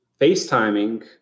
FaceTiming